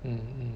mm mm